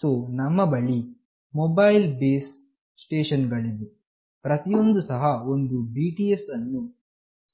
so ನಮ್ಮ ಬಳಿ mobile base station ಗಳಿವೆಪ್ರತಿಯೊಂದು ಸಹ ಒಂದು BTS ಅನ್ನು ಈ